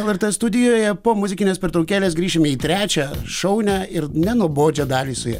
lrt studijoje po muzikinės pertraukėlės grįšime į trečią šaunią ir nenuobodžią dalį su ja